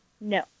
No